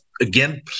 again